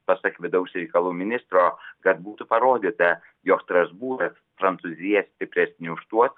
pasak vidaus reikalų ministro kad būtų parodyta jog strasbūras prancūzija stipresni už tuos